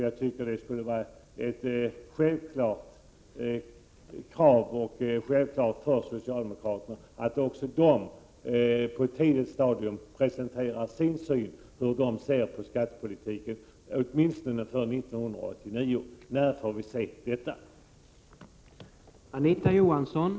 Jag tycker att det borde vara självklart för socialdemokraterna att också de på ett tidigt stadium måste presentera sin syn på skattepolitiken, åtminstone för 1989. När får vi besked?